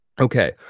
Okay